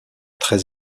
très